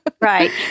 Right